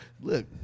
Look